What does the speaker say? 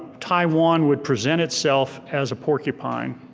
taiwan would present itself as a porcupine,